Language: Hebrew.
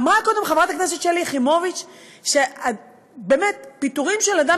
אמרה קודם חברת הכנסת שלי יחימוביץ שפיטורים של אדם